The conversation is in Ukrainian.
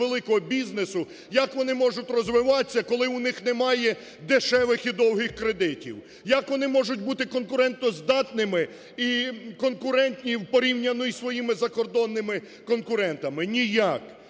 як вони можуть розвиватися, коли у них немає дешевих і довгих кредитів? Як вони можуть бути конкурентоздатними і конкуренті порівняно зі своїми закордонними конкурентами? Ніяк.